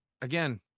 again